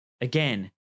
Again